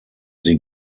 sie